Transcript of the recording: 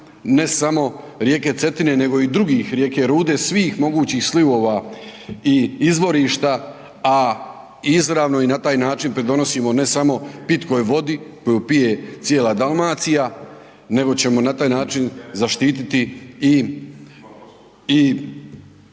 ne samo rijeke Cetine nego i drugih, rijeke Rude, svih mogućih slivova i izvorišta, a izravno i na taj način pridonosimo, ne samo pitkoj vodi koju pije cijela Dalmacija, nego ćemo na taj način zaštititi i